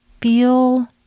Feel